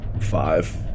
five